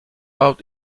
out